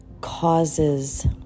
causes